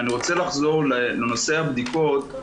אני רוצה לחזור לנושא הבדיקות.